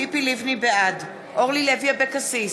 בעד אורלי לוי אבקסיס,